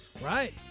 Right